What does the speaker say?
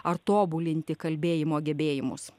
ar tobulinti kalbėjimo gebėjimus